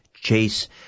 Chase